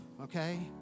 okay